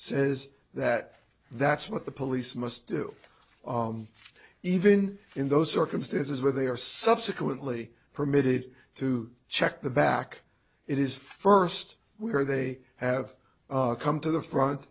says that that's what the police must do even in those circumstances where they are subsequently permitted to check the back it is first we are they have come to the front